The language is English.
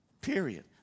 Period